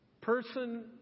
person